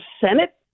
Senate